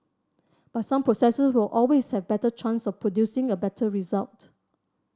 but some processes will always have better chance of producing a better result